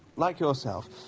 like yourself,